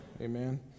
Amen